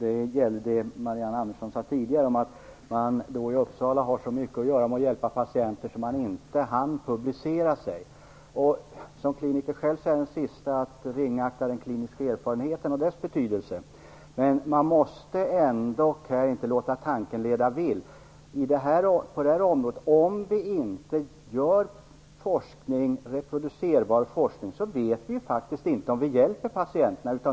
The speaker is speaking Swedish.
Herr talman! Marianne Andersson sade tidigare att man i Uppsala har så mycket att göra med att hjälpa patienter att man inte hunnit publicera sig. Eftersom jag är kliniker själv är jag den siste att ringakta den kliniska erfarenheten och dess betydelse. Men man får ändå inte låta tanken leda vill på det här området. Om vi inte bedriver reproducerbar forskning vet vi faktiskt inte om vi hjälper patienterna.